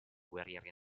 guerrieri